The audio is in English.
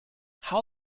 how